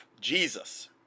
Jesus